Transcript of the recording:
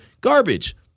Garbage